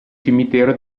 cimitero